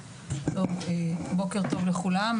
בוקר טוב לכולם,